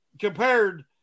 compared